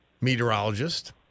meteorologist